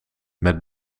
met